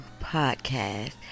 podcast